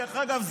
דרך אגב,